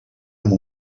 amb